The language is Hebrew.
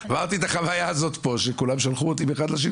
עברתי את החוויה הזאת פה שכולם שלחו אותי מאחד לשני.